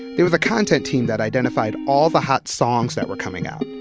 there was a content team that identified all the hot songs that were coming out.